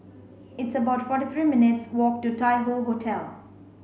it's about forty three minutes' walk to Tai Hoe Hotel